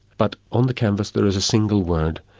but on the canvas there is a single word,